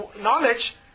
knowledge